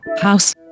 House